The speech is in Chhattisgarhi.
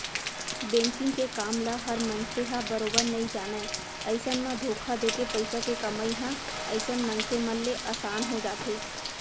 बेंकिग के काम ल हर मनसे ह बरोबर नइ जानय अइसन म धोखा देके पइसा के कमई ह अइसन मनसे मन ले असान हो जाथे